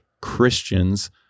Christians